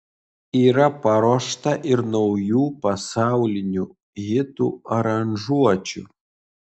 yra paruošta ir naujų pasaulinių hitų aranžuočių